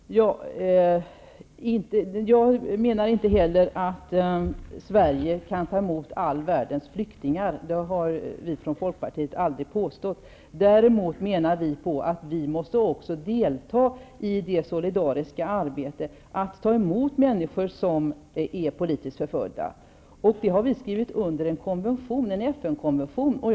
Herr talman! Jag menar inte heller att Sverige kan ta emot all världens flyktingar. Det har vi i Folkpartiet aldrig påstått. Däremot menar vi att även vi måste delta i det solidariska arbetet med att ta emot människor som är politiskt förföljda. Vi har skrivit under en FN-konvention om det.